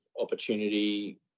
opportunity